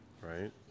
right